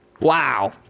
Wow